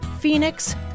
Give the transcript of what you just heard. Phoenix